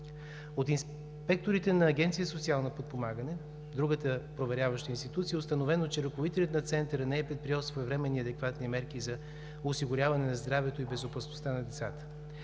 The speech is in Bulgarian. От инспекторите на Агенция „Социално подпомагане“ – другата проверяваща институция, е установено, че ръководителят на Центъра не е предприел своевременни адекватни мерки за осигуряване на здравето и безопасността на децата.